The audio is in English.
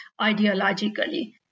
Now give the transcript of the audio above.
ideologically